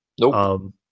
Nope